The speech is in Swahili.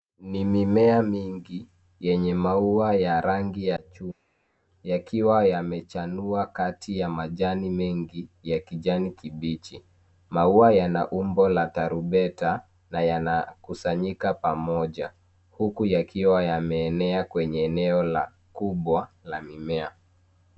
Ni mimea mingi yenye maua ya rangi ya chungwa yakiwa yamechanua kati ya majani mengi ya kijani kibichi. Maua yana umbo ya tarumbeta na yanakusanyika pamoja, huku yakiwa yameenea kwenye eneo kubwa la mimea.